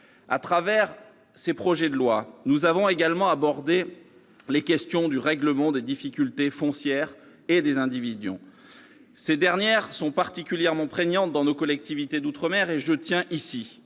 au travers de ces projets de loi, nous avons abordé les questions du règlement des difficultés foncières et des indivisions. Ces dernières sont particulièrement prégnantes dans nos collectivités d'outre-mer, et je tiens à